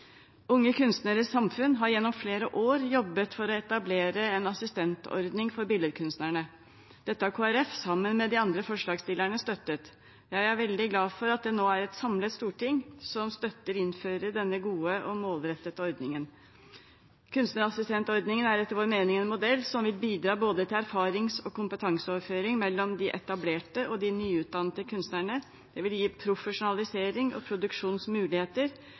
Unge Kunstneres Samfund har gjennom flere år jobbet for å etablere en assistentordning for billedkunstnere. Dette har Kristelig Folkeparti sammen med de andre forslagsstillerne støttet. Jeg er veldig glad for at det nå er et samlet storting som støtter å innføre denne gode og målrettede ordningen. Kunstnerassistentordningen er etter vår mening en modell som vil bidra til både erfarings- og kompetanseoverføring mellom de etablerte og de nyutdannede kunstnere. Det vil gi profesjonalisering og produksjonsmuligheter